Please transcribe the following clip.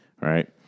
right